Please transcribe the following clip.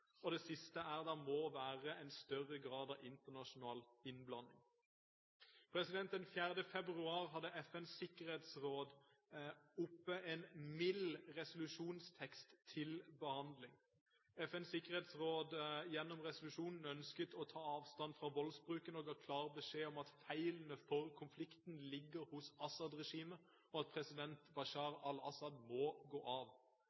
og det siste er at det må være en større grad av internasjonal innblanding. Den 4. februar hadde FNs sikkerhetsråd en mild resolusjonstekst oppe til behandling. FNs sikkerhetsråd ønsket gjennom resolusjonen å ta avstand fra voldsbruken og ga klar beskjed om at feilene forut for konflikten ligger hos Assad-regimet, og at president Bashar al-Assad må gå av.